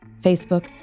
Facebook